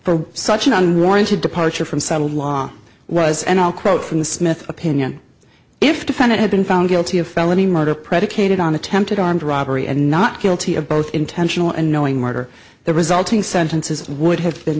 for such an unwarranted departure from settled law was and i'll quote from the smith opinion if defendant had been found guilty of felony murder predicated on attempted armed robbery and not guilty of both intentional and knowing murder the resulting sentences would have been